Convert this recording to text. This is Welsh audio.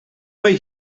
mai